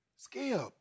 Skip